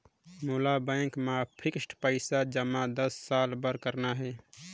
मोला बैंक मा फिक्स्ड पइसा जमा दस साल बार करना हे?